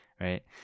right